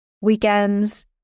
weekends